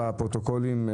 מופיע בפרוטוקולים.